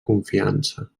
confiança